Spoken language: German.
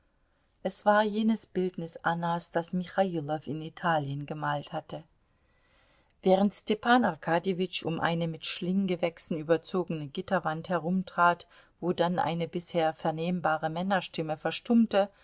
es war jenes bildnis annas das michailow in italien gemalt hatte während stepan arkadjewitsch um eine mit schlinggewächsen überzogene gitterwand herumtrat wo dann eine bisher vernehmbare männerstimme verstummte